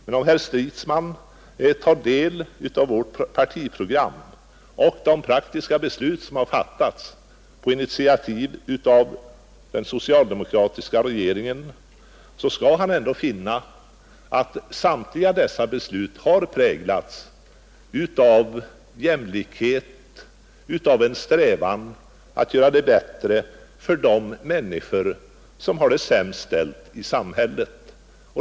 Men om herr Stridsman tar del av vårt partiprogram och de praktiska beslut som har fattats på initiativ av den socialdemokratiska regeringen, skall han ändå finna att samtliga dessa beslut har präglats av jämlikhet och en strävan att göra det bättre för de människor som har det sämst ställt i samhället.